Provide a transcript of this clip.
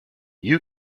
you